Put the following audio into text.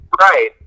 Right